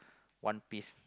one piece